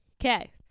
Okay